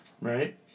Right